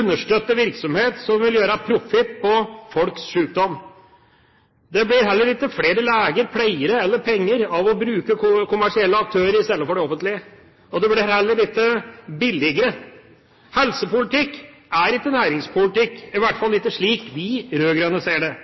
understøtte virksomhet som vil gjøre profitt på folks sykdom. Det blir heller ikke flere leger, pleiere eller penger av å bruke kommersielle aktører i stedet for det offentlige, og det blir heller ikke billigere. Helsepolitikk er ikke næringspolitikk, i hvert fall ikke slik vi rød-grønne ser det.